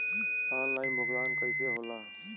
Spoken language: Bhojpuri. ऑनलाइन भुगतान कईसे होला?